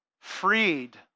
Freed